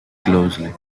closely